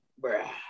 bruh